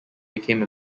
became